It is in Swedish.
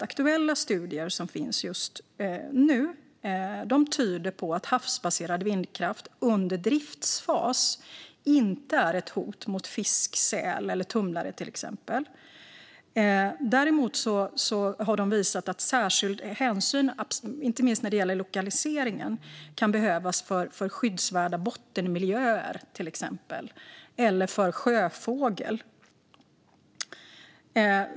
Aktuella studier tyder på att havsbaserad vindkraft under driftsfas inte är ett hot mot till exempel fisk, säl eller tumlare. Däremot har studierna visat att särskild hänsyn, inte minst när det gäller lokaliseringen, kan behövas för till exempel skyddsvärda bottenmiljöer eller för sjöfågel.